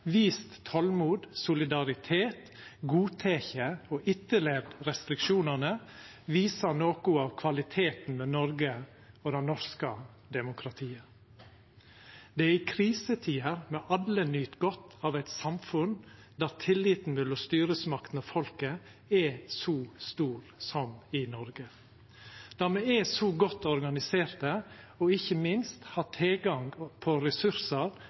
vist tolmod, solidaritet, godteke og etterlevd restriksjonane – viser noko av kvaliteten med Noreg og det norske demokratiet. Det er i krisetider me alle nyt godt av eit samfunn der tilliten mellom styresmaktene og folket er så stor som i Noreg, der me er so godt organiserte og ikkje minst har tilgang på ressursar